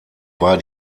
war